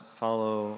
follow